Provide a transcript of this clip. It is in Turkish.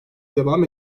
devam